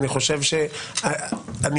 אני